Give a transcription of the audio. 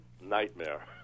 nightmare